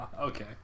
okay